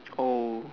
oh